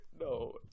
no